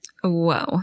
Whoa